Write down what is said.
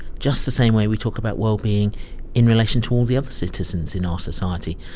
just the same way we talk about well-being in relation to all the other citizens in our society.